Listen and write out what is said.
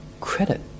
credit